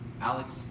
Alex